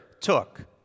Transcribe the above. took